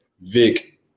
Vic